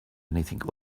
anything